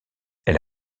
elle